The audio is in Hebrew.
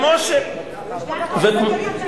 גם את ההישגים הכלכליים, ?